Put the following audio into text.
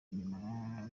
nyuma